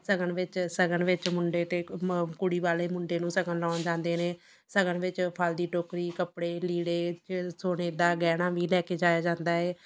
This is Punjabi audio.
ਸ਼ਗਨ ਵਿੱਚ ਸ਼ਗਨ ਵਿੱਚ ਮੁੰਡੇ ਅਤੇ ਮ ਕੁੜੀ ਵਾਲੇ ਮੁੰਡੇ ਨੂੰ ਸ਼ਗਨ ਲਾਉਣ ਜਾਂਦੇ ਨੇ ਸ਼ਗਨ ਵਿੱਚ ਫਲ ਦੀ ਟੋਕਰੀ ਕੱਪੜੇ ਲੀੜੇ 'ਚ ਸੋਨੇ ਦਾ ਗਹਿਣਾ ਵੀ ਲੈ ਕੇ ਜਾਇਆ ਜਾਂਦਾ ਏ